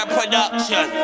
Production